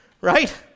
right